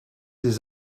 des